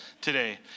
today